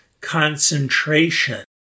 concentration